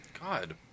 God